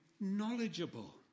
knowledgeable